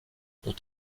ont